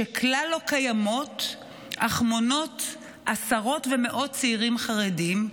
שכלל לא קיימות אך מונות עשרות ומאות צעירים חרדים,